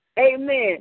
Amen